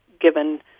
given